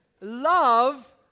love